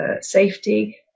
safety